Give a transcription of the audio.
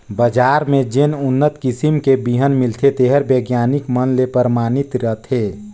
बजार में जेन उन्नत किसम के बिहन मिलथे तेहर बिग्यानिक मन ले परमानित रथे